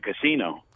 casino